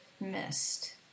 missed